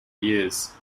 years